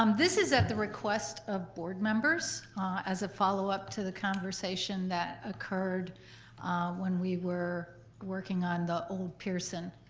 um this is at the request of board members as a followup to the conversation that occurred when we were working on the old pearson